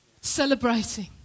Celebrating